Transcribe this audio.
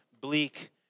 bleak